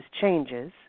changes